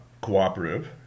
cooperative